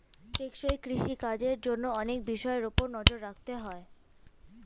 টেকসই কৃষি কাজের জন্য অনেক বিষয়ের উপর নজর রাখতে হয়